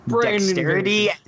dexterity